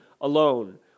alone